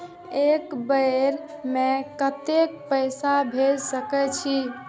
एक बेर में केतना पैसा भेज सके छी?